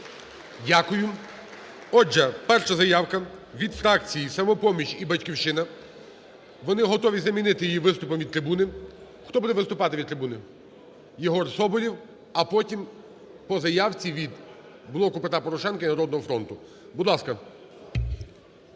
Дякую. Отже, перша заявка від фракції "Самопоміч" і "Батьківщина", вони готові замінити її виступом від трибуни. Хто буде виступати від трибуни? Єгор Соболєв. А потім по заявці від "Блоку Петра Порошенка" і "Народного фронту". Будь ласка.